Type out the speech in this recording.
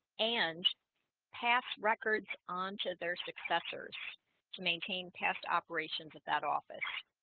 and pass records on to their successors to maintain pest operations of that office